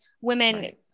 women